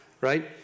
right